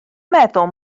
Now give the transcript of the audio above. meddwl